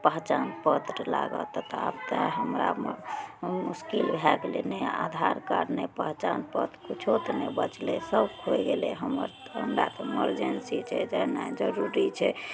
पहिचान पत्र लागत आब तऽ हमरा मश्किल भए गेलय नहि आधार कार्ड ने पहिचान पत्र कुछो तऽ नहि बचलइ सभ खोइ गेलय हमर तऽ हमरा इमरजेन्सी छै जेनाइ जरूरी छै